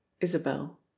Isabel